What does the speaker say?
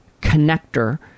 connector